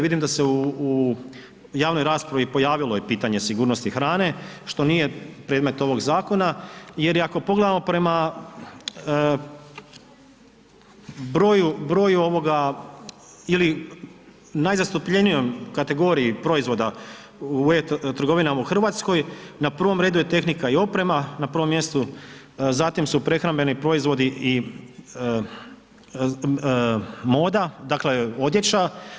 Vidim da se u, u javnoj raspravi pojavilo i pitanje sigurnosti hrane što nije predmet ovog zakona jer ako pogledamo prema broju, broju ovoga ili najzastupljenijoj kategoriji proizvoda u e-trgovinama u RH, na prvom redu je tehnika i oprema, na prvom mjestu, zatim su prehrambeni proizvodi i moda, dakle odjeća.